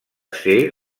ser